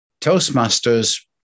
Toastmasters